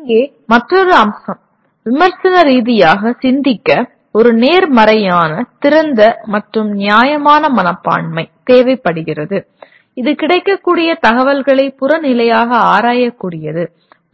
இங்கே மற்றொரு அம்சம் விமர்சன ரீதியாக சிந்திக்க ஒரு நேர்மறையான திறந்த மற்றும் நியாயமான மனப்பான்மை தேவைப்படுகிறது இது கிடைக்கக்கூடிய தகவல்களை புறநிலையாக ஆராயக்கூடியது